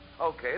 Okay